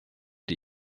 die